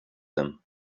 him